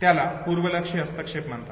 त्याला पूर्वलक्षी हस्तक्षेप म्हणतात